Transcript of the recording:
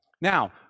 Now